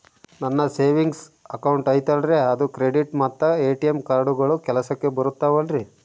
ನನ್ನ savings account ಐತಲ್ರೇ ಅದು ಕ್ರೆಡಿಟ್ ಮತ್ತ ಎ.ಟಿ.ಎಂ ಕಾರ್ಡುಗಳು ಕೆಲಸಕ್ಕೆ ಬರುತ್ತಾವಲ್ರಿ?